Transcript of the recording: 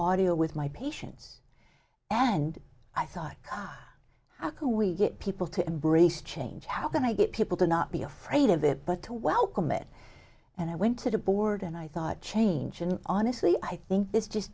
audio with my patients and i thought how can we get people to embrace change how can i get people to not be afraid of it but to welcome it and i went to the board and i thought change and honestly i think this just